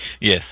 Yes